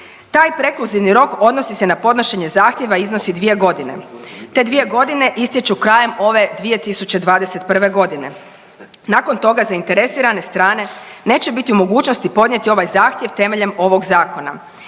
Taj prekluzivni rok odnosi se na podnošenje zahtjeva iznosi 2 godine. Te dvije godine istječu krajem ove 2021. g. Nakon toga zainteresirane strane neće biti u mogućnosti podnijeti ovaj zahtjev temeljem ovog Zakona.